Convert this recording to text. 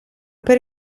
per